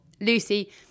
Lucy